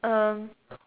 um